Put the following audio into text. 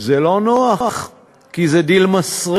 זה לא נוח, כי זה דיל מסריח,